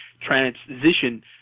transition